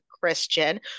Christian